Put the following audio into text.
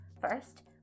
First